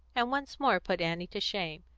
and once more put annie to shame.